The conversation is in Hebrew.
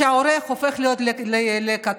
כשהעורך הופך להיות לכתב,